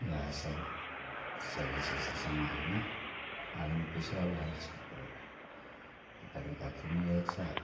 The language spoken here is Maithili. इहए सब जे छै से समाजमे आदमी पिछड़ल रहै छै तऽ ओ तरीका ठीक नहि रहैत छै